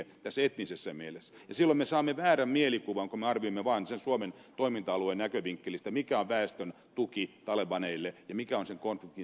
silloin me saamme väärän mielikuvan kun me arvioimme vaan sen suomen toiminta alueen näkövinkkelistä mikä on väestön tuki talebaneille ja mikä on sen konfliktin